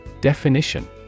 Definition